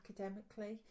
academically